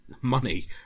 money